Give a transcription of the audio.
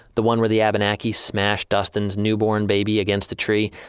the one where the abenakis smashed duston's newborn baby against the tree.